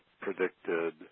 predicted